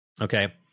okay